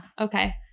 Okay